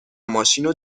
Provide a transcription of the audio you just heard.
ماشینو